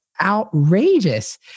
outrageous